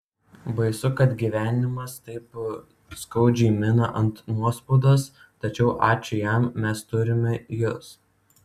baisu kad gyvenimas taip skaudžiai mina ant nuospaudos tačiau ačiū jam mes turime jus